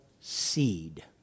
seed